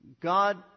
God